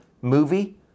movie